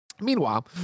Meanwhile